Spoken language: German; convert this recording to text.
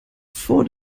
vor